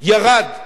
ירד,